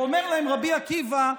ואומר להם רבי עקיבא: